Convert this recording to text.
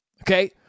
Okay